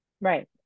Right